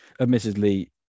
admittedly